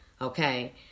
okay